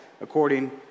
according